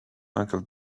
uncle